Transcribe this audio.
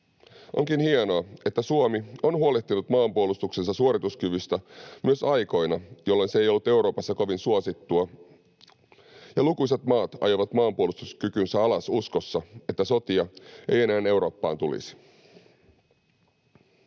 Onkin hienoa, että Suomi on huolehtinut maanpuolustuksensa suorituskyvystä myös aikoina, jolloin se ei ollut Euroopassa kovin suosittua ja lukuisat maat ajoivat maanpuolustuskykynsä alas uskossa, että sotia ei enää Eurooppaan tulisi.